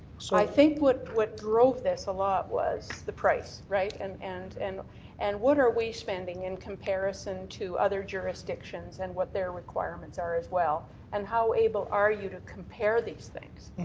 so i think what what drove this a lot was the price. right? and and and and what are we spending in comparison to other jurisdictions and what their requirements are as well, and how able are you to compare these things?